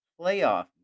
playoff